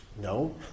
No